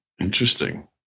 Interesting